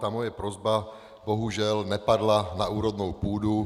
Ta moje prosba bohužel nepadla na úrodnou půdu.